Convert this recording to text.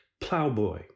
plowboy